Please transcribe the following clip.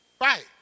Right